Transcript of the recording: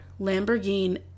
Lamborghini